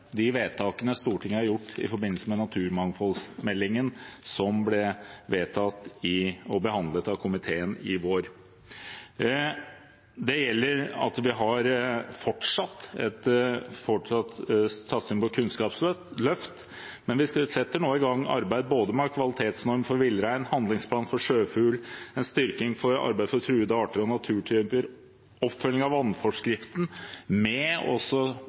de vedtakene Stortinget gjorde i forbindelse med naturmangfoldmeldingen, som ble behandlet av komiteen og vedtatt i vår. Det handler om at vi fortsatt har satsing på kunnskapsløft, men vi setter nå i gang arbeid med både en miljøkvalitetsnorm for villrein, en handlingsplan for truet sjøfugl, en styrking av det å ta vare på truede arter og naturtyper og oppfølging av vannforskriften, med